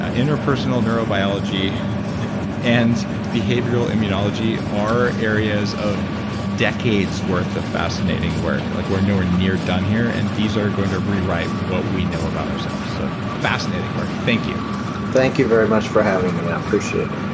ah interpersonal neurobiology and behavioral immunology are areas of decades worth of fascinating work. like we're nowhere near done here and these are going to rewrite what we know about ourselves. so fascinating work. thank you thank you very much for having me. i appreciate